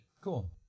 Cool